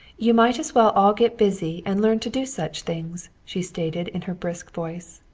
you might as well all get busy and learn to do such things, she stated in her brisk voice.